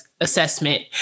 assessment